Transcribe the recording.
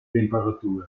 temperatur